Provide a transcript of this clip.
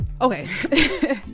Okay